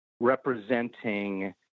representing